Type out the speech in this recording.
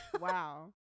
Wow